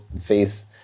face